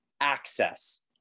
access